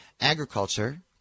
Agriculture